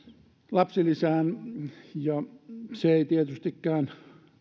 lapsilisään se ei tietystikään